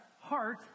heart